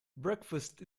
breakfast